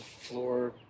floor